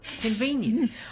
Convenient